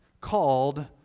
called